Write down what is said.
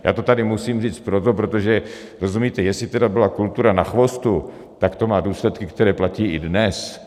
Já to tady musím říct proto, protože, rozumíte, jestli byla kultura na chvostu, tak to má důsledky, které platí i dnes.